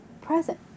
present